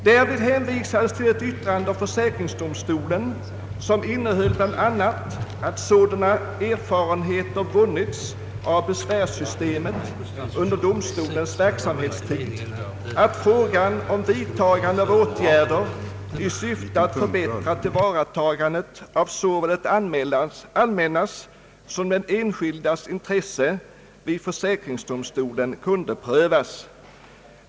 Därvid hänvisades till ett yttrande av försäkringsdomstolen, som innehöll bl.a. att sådana erfarenheter vunnits av besvärssystemet under domstolens verksamhetstid, att frågan om vidtagande av åtgärder i syfte att förbättra tillvaratagandet av såväl det allmän nas som de enskildas intresse vid försäkringsdomstolen kunde prövas.